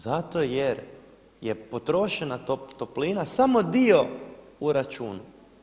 Zato jer je potrošena toplina samo dio u računu.